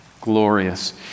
Glorious